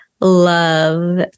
love